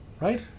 Right